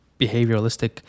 behavioralistic